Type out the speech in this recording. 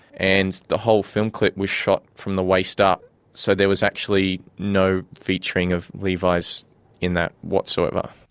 and the whole film clip was shot from the waist up so there was actually no featuring of levis in that whatsoever.